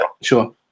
sure